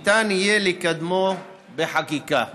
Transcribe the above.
ניתן יהיה לקדמו בחקיקה.